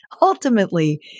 Ultimately